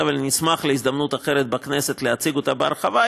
אבל אני אשמח בהזדמנות אחרת בכנסת להציג אותה בהרחבה,